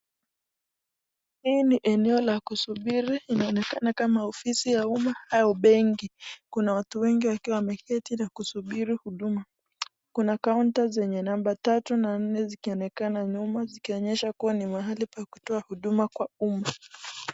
Hii ni eneo la kusubiri inaonekana kama ofisi ya umma au benki, watu wengi wakiwa wameketi na kusubiri huduma. Kuna counter zenye namba 3 na 4 zikionekana nyuma zikionyesha kua ni mahali pa kutoa huduma kwa umma.